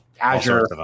Azure